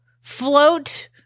float